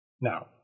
Now